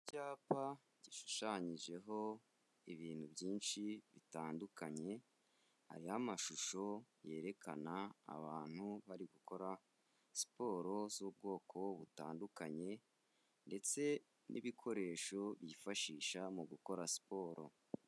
Icyapa gishushanyijeho ibintu byinshi bitandukanye, hariho amashusho yerekana abantu bari gukora siporo z'ubwoko butandukanye ndetse n'ibikoresho byifashisha mu gukora siporo.